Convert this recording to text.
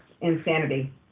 insanity